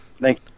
Thank